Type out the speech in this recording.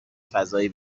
فضایی